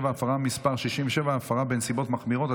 67) (הפרה מס' 67) (הפרה בנסיבות מחמירות),